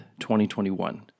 2021